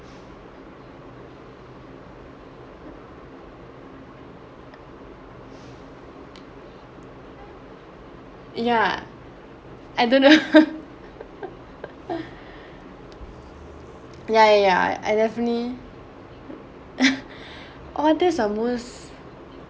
ya I don't know ya ya ya I definitely or that sound worse